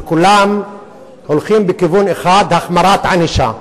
שכולם הולכים בכיוון אחד: החמרת ענישה.